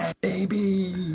baby